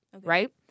right